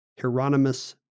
Hieronymus